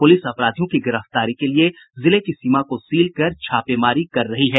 police अपराधियों की गिरफ्तारी के लिए जिले की सीमा को सील कर छापेमारी कर रही है